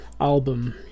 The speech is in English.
album